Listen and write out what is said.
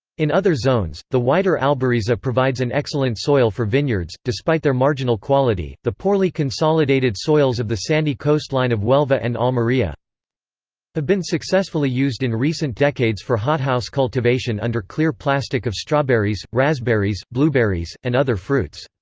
in other zones, the whiter albariza provides an excellent soil for vineyards despite their marginal quality, the poorly consolidated soils of the sandy coastline of huelva and almeria have been successfully used in recent decades for hothouse cultivation under clear plastic of strawberries, raspberries, blueberries, and other fruits.